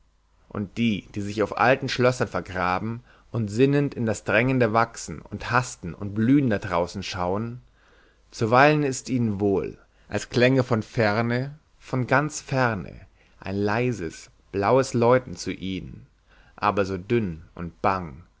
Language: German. und die die sich auf alten schlössern vergraben und sinnend in das drängende wachsen und hasten und blühen da draußen schauen zuweilen ist ihnen wohl als klänge von ferne von ganz ferne ein leises blaues läuten zu ihnen aber so dünn und bang